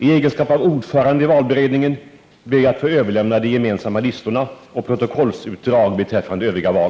I egenskap av ordförande i valberedningen ber jag att få överlämna de gemensamma listorna och protokollsutdrag beträffande övriga val.